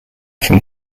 from